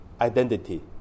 identity